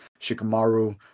shikamaru